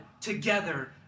together